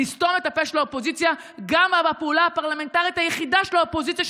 נסתום את הפה של האופוזיציה גם בפעולה הפרלמנטרית היחידה של האופוזיציה,